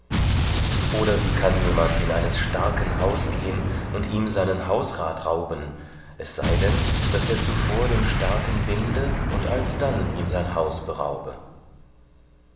oder wie kann jemand in eines starken haus gehen und ihm seinen hausrat rauben es sei denn daß er zuvor den starken binde und alsdann ihm sein haus beraube